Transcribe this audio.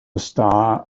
star